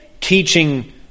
Teaching